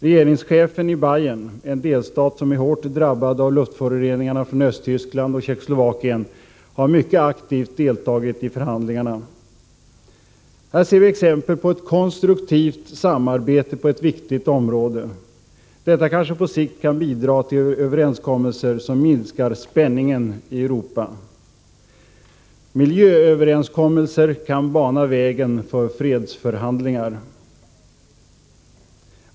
Regeringschefen i Bayern, en delstat som är hårt drabbad av luftföroreningarna från Östtyskland och Tjeckoslovakien, har mycket aktivt deltagit i förhandlingarna. Här ser vi exempel på ett konstruktivt samarbete på ett viktigt område. Detta kanske på sikt kan bidra till överenskommelser som minskar spänningen i Europa. Miljööverenskommelser kan bana vägen för fredsförhandlingar.